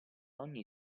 ogni